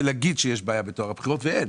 להגיד שיש בעיה בטוהר הבחירות ואין,